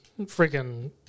freaking